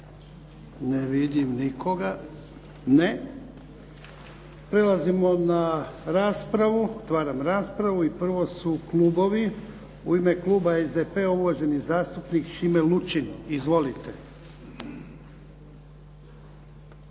Ne vidim nikoga. Ne. Prelazimo na raspravu. Otvaram raspravu. I prvo su klubovi. U ime kluba SDP-a, uvaženi zastupnik Šime Lučin. Izvolite.